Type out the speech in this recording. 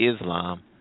Islam